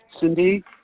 Cindy